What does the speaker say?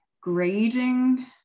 grading